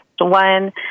One